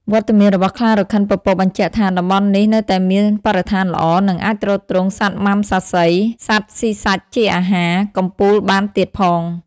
វត្តមានរបស់ខ្លារខិនពពកបញ្ជាក់ថា តំបន់នេះនៅតែមានបរិស្ថានល្អ និងអាចទ្រទ្រង់សត្វមំសាសី (សត្វស៊ីសាច់ជាអាហារ) កំពូលបានទៀតផង។